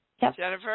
Jennifer